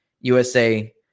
USA